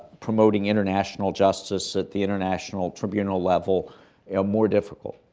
promoting international justice at the international tribunal level more difficult.